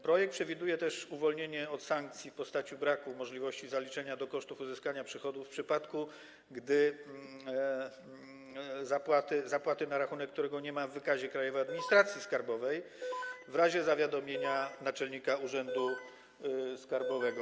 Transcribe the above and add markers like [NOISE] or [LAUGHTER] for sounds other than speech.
Projekt przewiduje też uwolnienie od sankcji w postaci braku możliwości zaliczenia do kosztów uzyskania przychodu w przypadku zapłaty na rachunek, którego nie ma w wykazie Krajowej Administracji Skarbowej, [NOISE] w razie zawiadomienia naczelnika urzędu skarbowego.